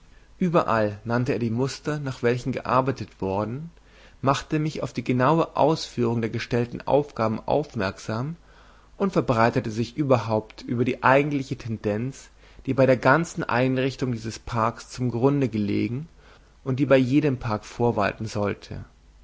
überall nannte er die muster nach welchen gearbeitet worden machte mich auf die genaue ausführung der gestellten aufgaben aufmerksam und verbreitete sich überhaupt über die eigentliche tendenz die bei der ganzen einrichtung dieses parks zum grunde gelegen und die bei jedem park vorwalten sollte